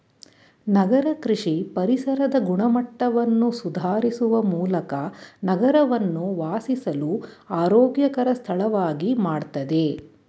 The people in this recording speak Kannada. ನಗರ ಕೃಷಿ ಪರಿಸರದ ಗುಣಮಟ್ಟವನ್ನು ಸುಧಾರಿಸುವ ಮೂಲಕ ನಗರವನ್ನು ವಾಸಿಸಲು ಆರೋಗ್ಯಕರ ಸ್ಥಳವಾಗಿ ಮಾಡ್ತದೆ